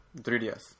3DS